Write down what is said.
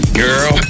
girl